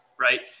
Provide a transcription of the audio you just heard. Right